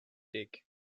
dig